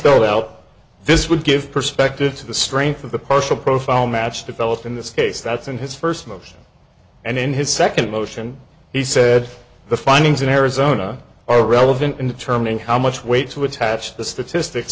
well this would give perspective to the strength of the partial profile match developed in this case that's in his first motion and in his second motion he said the findings in arizona are relevant in determining how much weight to attach the statistics